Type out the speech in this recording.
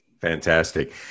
Fantastic